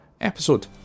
episode